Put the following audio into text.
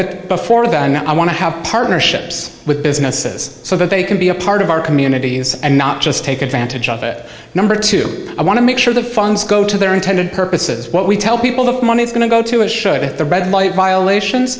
but before that i want to have partnerships with businesses so that they can be a part of our communities and not just take advantage of it number two i want to make sure the funds go to their intended purposes what we tell people the money is going to go to a show that the red light violations